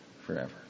forever